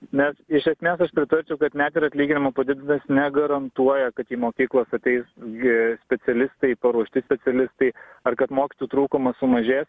bet iš esmės aš pridursiu kad net ir atlyginimo padidinimas negarantuoja kad į mokyklą taigi specialistai paruošti specialistai ar kad mokytojų trūkumas sumažės